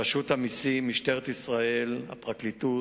את רשות המסים, את משטרת ישראל ואת הפרקליטות.